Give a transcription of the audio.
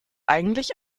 eigentlich